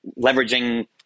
leveraging